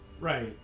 Right